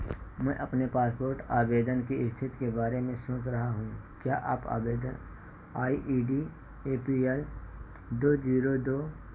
मैं अपने पासपोर्ट आवेदन की स्थिति के बारे में सोच रहा हूँ क्या आप आवेदन I D A P I दो जीरो दो